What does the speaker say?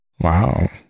Wow